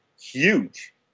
huge